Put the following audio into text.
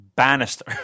bannister